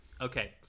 Okay